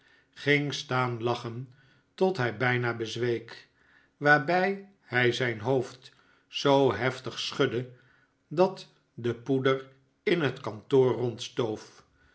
ging staan lachen tot hij bijna bezweek waarbij hij zijn hoofd zoo heftig schudde dat de poeder in het kantoor